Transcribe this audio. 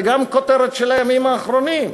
זה גם כותרת של הימים האחרונים,